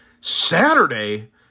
Saturday